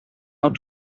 out